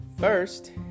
First